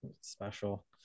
special